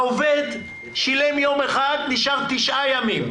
העובד שילם יום אחד, נשארו 9 ימים.